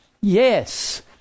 Yes